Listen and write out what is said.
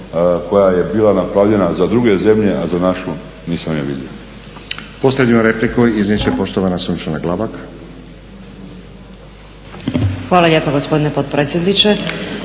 koja je bila napravljena za druge zemlje, a … nisam je vidio.